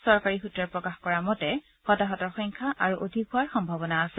চৰকাৰী সৃত্ৰই প্ৰকাশ কৰা মতে হতাহতৰ সংখ্যা আৰু অধিক হোৱাৰ সম্ভাৱনা আছে